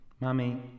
Mummy